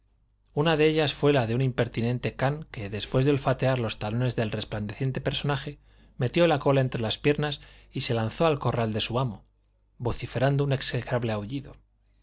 una de ellas fué la de un impertinente can que después de olfatear los talones del resplandeciente personaje metió la cola entre las piernas y se lanzó al corral de su amo vociferando un execrable aullido